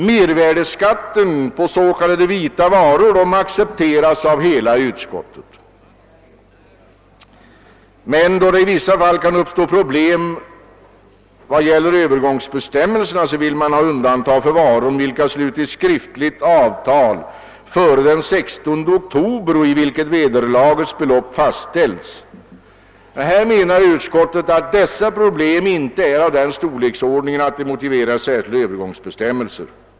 Mervärdeskatten på s.k. vita varor accepteras av hela utskottet. Då det i vissa fall kan uppstå problem beträffande Öövergångsbestämmelserna, vill man ha undantag för varor om vilka det slutits skriftligt avtal före den 16 oktober och beträffande vilka vederlagets belopp fastställts. Utskottets majoritet menar att detta problem inte är av den storleksordningen att det motiverar särskilda övergångsbestämmelser.